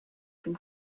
from